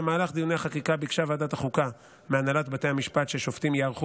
במהלך דיוני החקיקה ביקשה ועדת החוקה מהנהלת בתי המשפט ששופטים יערכו